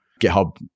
GitHub